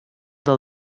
del